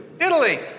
Italy